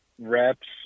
reps